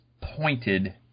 pointed